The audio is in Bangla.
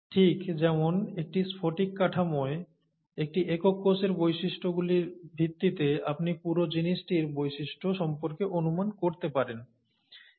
ঠিক যেমন একটি স্ফটিক কাঠামোয় একটি একক কোষের বৈশিষ্ট্যগুলির ভিত্তিতে আপনি পুরো জিনিসটির বৈশিষ্ট্য সম্পর্কে অনুমান করতে পারেন